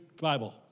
Bible